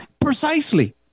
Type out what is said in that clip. Precisely